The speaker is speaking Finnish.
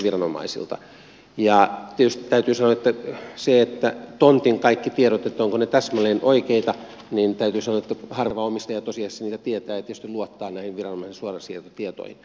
tietysti täytyy sanoa siitä ovatko tontin kaikki tiedot täsmälleen oikeita että harva omistaja tosiasiassa niitä tietää ja tietysti luottaa näihin viranomaisen suorasiirtotietoihin